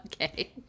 Okay